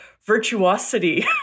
virtuosity